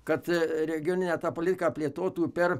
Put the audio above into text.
kad a regioninę politiką plėtotų per